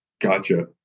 gotcha